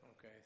Okay